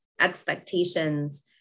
expectations